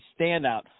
standout